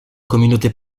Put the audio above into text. communauté